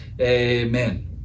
Amen